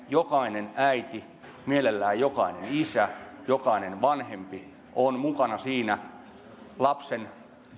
jokainen äiti mielellään jokainen isä jokainen vanhempi on mukana siinä lapsen